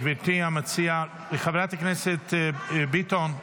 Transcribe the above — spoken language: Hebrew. גברתי המציעה, חברת הכנסת ביטון,